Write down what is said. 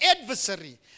adversary